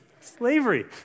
slavery